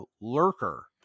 Lurker